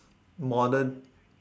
modern